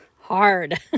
hard